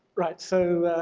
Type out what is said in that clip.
right so